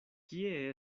kie